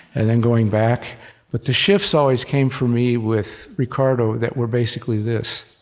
and then going back but the shifts always came, for me, with ricardo that were basically this